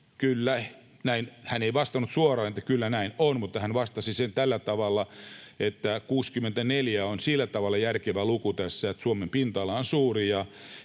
hän ei vastannut suoraan, että kyllä näin on, mutta hän vastasi sen tällä tavalla, että 64 on sillä tavalla järkevä luku tässä, että Suomen pinta-ala on suuri,